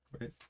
right